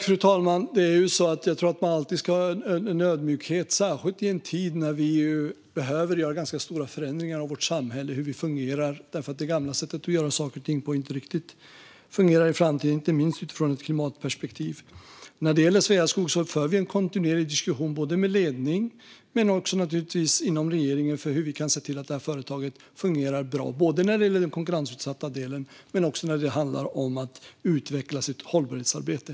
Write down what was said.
Fru talman! Jag tror att man alltid ska ha en ödmjukhet, särskilt i en tid när vi behöver göra ganska stora förändringar i vårt samhälle och hur det fungerar eftersom det gamla sättet att göra saker och ting på inte riktigt fungerar i framtiden, inte minst utifrån ett klimatperspektiv. När det gäller Sveaskog för vi en kontinuerlig diskussion med ledningen, och naturligtvis även inom regeringen, om hur vi kan se till att företaget fungerar bra både när det gäller den konkurrensutsatta delen och när det handlar om att utveckla hållbarhetsarbetet.